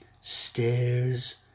stairs